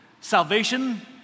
salvation